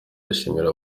ndashimira